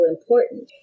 important